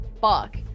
fuck